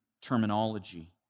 terminology